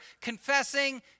confessing